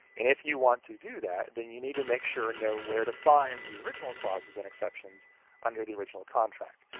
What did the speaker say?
and if you want to do that, then you need to make sure and know where to find the original clauses and exceptions under the original contract.